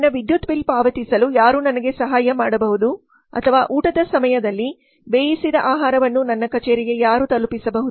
ನನ್ನ ವಿದ್ಯುತ್ ಬಿಲ್ ಪಾವತಿಸಲು ಯಾರು ನನಗೆ ಸಹಾಯ ಮಾಡಬಹುದು ಅಥವಾ ಊಟದ ಸಮಯದಲ್ಲಿ ಬೇಯಿಸಿದ ಆಹಾರವನ್ನು ನನ್ನ ಕಚೇರಿಗೆ ಯಾರು ತಲುಪಿಸಬಹುದು